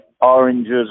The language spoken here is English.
oranges